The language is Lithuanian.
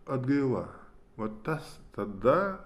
atgaila va tas tada